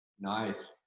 Nice